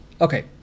okay